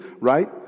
right